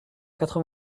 quatre